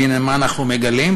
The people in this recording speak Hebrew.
והנה, מה אנחנו מגלים,